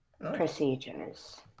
procedures